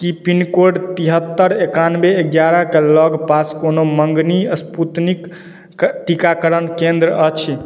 कि पिनकोड तिहत्तरि एक्यानबे एग्यारहके लग पास कोनो मँगनी स्पूतनिक टीकाकरण केंद्र अछि